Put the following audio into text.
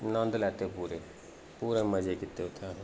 मतलब नंद लैते पूरे पूरे मजे कीते उत्थैं